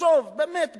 נחשוב באמת באמת,